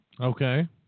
Okay